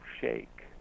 shake